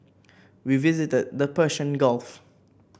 we visited the Persian Gulf